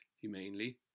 humanely